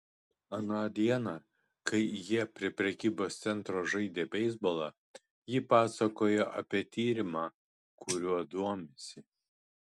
aną dieną kai jie prie prekybos centro žaidė beisbolą ji pasakojo apie tyrimą kuriuo domisi